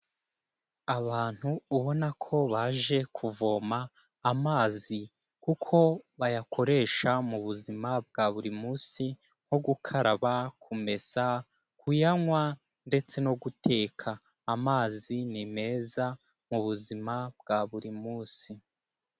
Abantu ubona ko baje kuvoma amazi kuko bayakoresha mu buzima bwa buri munsi, nko gukaraba, kumesa, kuyanywa ndetse no guteka. Amazi ni meza mu buzima bwa buri munsi.